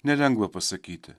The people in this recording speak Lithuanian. nelengva pasakyti